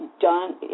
done